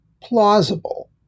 plausible